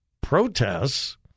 protests